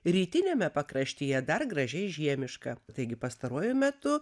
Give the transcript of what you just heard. rytiniame pakraštyje dar gražiai žiemiška taigi pastaruoju metu